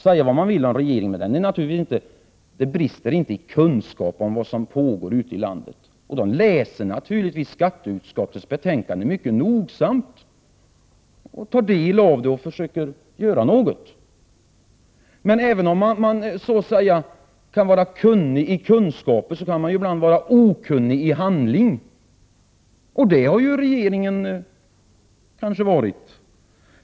Säga vad man vill om regeringen, men inte brister det i kunskap om vad som pågår ute i landet. Den läser naturligtvis skatteutskottets betänkande mycket nogsamt, tar del av det och försöker göra något. Men även om man så att säga är kunnig i kunskaper, kan man ibland vara okunnig i handling, och det har regeringen kanske varit.